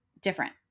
different